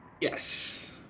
Yes